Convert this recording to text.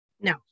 No